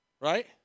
right